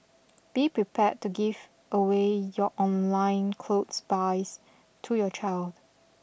be prepared to give away your online clothes buys to your child